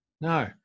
no